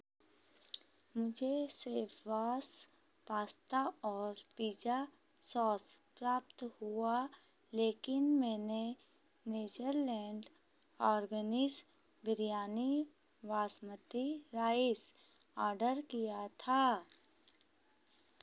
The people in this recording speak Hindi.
मुझे शेफबॉस पास्ता और पिज़्जा सॉस प्राप्त हुआ लेकिन मैंने Natureland organics biryani basmati rice order किया था